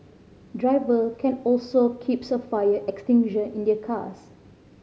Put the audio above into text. driver can also keeps a fire extinguisher in their cars